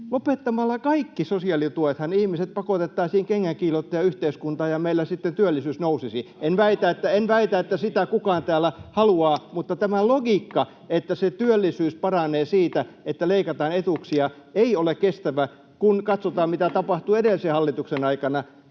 lopettamalla kaikki sosiaalituet ihmiset pakotettaisiin kengänkiillottajayhteiskuntaan ja meillä sitten työllisyys nousisi. [Vilhelm Junnilan välihuuto] En väitä, että sitä kukaan täällä haluaa, mutta tämä logiikka, että työllisyys paranee siitä, että leikataan etuuksia, ei ole kestävä, kun katsotaan, mitä tapahtui edellisen hallituksen aikana,